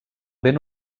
ben